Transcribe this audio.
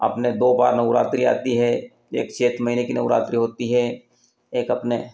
अपने दो बार नौरात्रि आती है एक चैत महीने की नौरात्रि होती है एक अपने